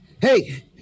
Hey